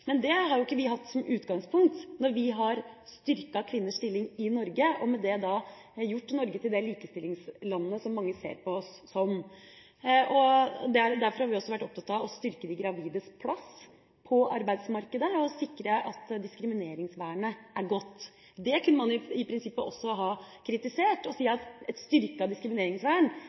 Men det har vi jo ikke hatt som utgangspunkt når vi har styrket kvinners stilling i Norge, og med det har gjort Norge til det likestillingslandet som mange ser på oss som. Derfor har vi også vært opptatt av å styrke de gravides plass på arbeidsmarkedet og sikre at diskrimineringsvernet er godt. Det kunne man i prinsippet også ha kritisert og sagt at et styrket diskrimineringsvern